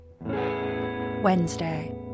Wednesday